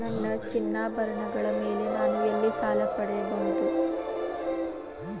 ನನ್ನ ಚಿನ್ನಾಭರಣಗಳ ಮೇಲೆ ನಾನು ಎಲ್ಲಿ ಸಾಲ ಪಡೆಯಬಹುದು?